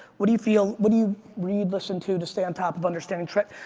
what do you feel, what do you read listen to to stay on top of understanding trends?